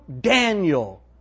Daniel